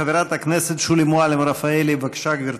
חברת הכנסת שולי מועלם-רפאלי, בבקשה, גברתי.